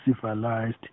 civilized